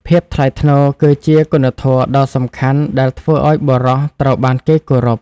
ភាពថ្លៃថ្នូរ គឺជាគុណធម៌ដ៏សំខាន់ដែលធ្វើឲ្យបុរសត្រូវបានគេគោរព។